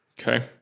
Okay